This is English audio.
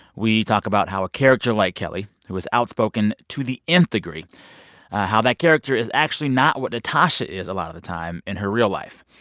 we talk about how a character like kelli, who is outspoken to the nth degree how that character is actually not what natasha is a lot of the time in her real life.